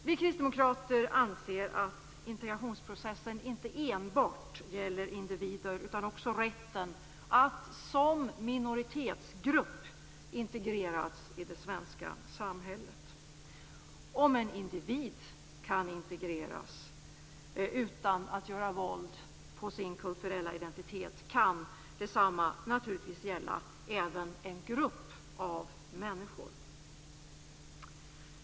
Vi kristdemokrater anser att integrationsprocessen inte enbart gäller individer utan också rätten att som minoritetsgrupp integreras i det svenska samhället. Om en individ kan integreras utan att göra våld på sin kulturella identitet kan detsamma naturligtvis gälla även en grupp av människor.